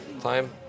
time